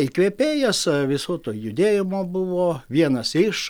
įkvėpėjas viso to judėjimo buvo vienas iš